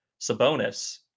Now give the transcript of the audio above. Sabonis